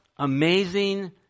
Amazing